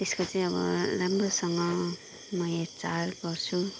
त्यसको चाहिँ अब राम्रोसँग म हेरचाह गर्छु